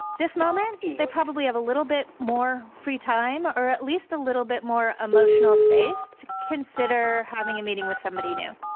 this moment, they probably have a little bit more free time or at least a little bit more emotional space to consider having a meeting with somebody new